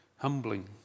humbling